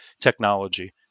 technology